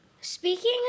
Speaking